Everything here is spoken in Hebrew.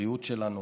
הבריאות שלנו.